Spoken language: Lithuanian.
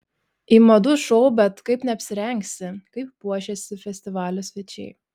į madų šou bet kaip neapsirengsi kaip puošėsi festivalio svečiai